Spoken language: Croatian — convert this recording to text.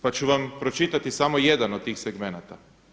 Pa ću vam pročitati samo jedan od tih segmenata.